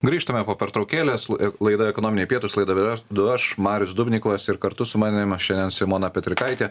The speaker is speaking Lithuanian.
grįžtame po pertraukėlės laida ekonominiai pietūs laidą vedu du aš marius dubnikovas ir kartu su manim šiandien simona petrikaitė